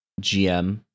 GM